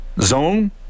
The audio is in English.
Zone